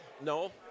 no